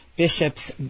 bishops